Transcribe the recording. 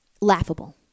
laughable